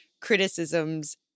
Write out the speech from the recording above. criticisms